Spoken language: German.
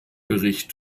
bericht